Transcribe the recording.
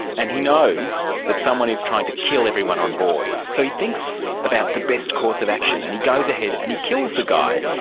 and he knows that someone is trying to kill everyone on board, so he thinks about the best course of action and he goes ahead and he kills the guy,